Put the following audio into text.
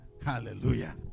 Hallelujah